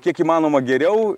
kiek įmanoma geriau